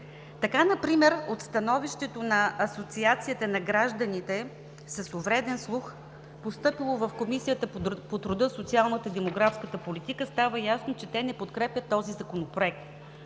Така например от становището на Асоциацията на гражданите с увреден слух в България, постъпило в Комисията по труда, социалната и демографската политика, става ясно, че те не подкрепят този Законопроект.